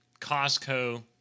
Costco